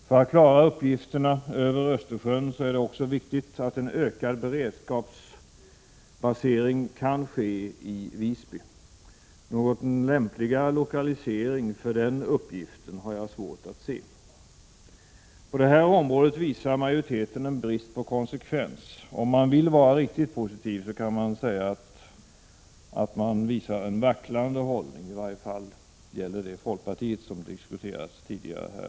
För att klara uppgifterna över Östersjön är det också viktigt att en ökad beredskapsbasering kan ske i Visby. Någon lämpligare lokalisering för den uppgiften har jag svårt att se. På det här området visar majoriteten en brist på konsekvens. Om man vill vara riktigt positiv kan man tala om en vacklande hållning, i varje fall hos folkpartiet, vilket har diskuterats tidigare i debatten.